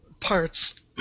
parts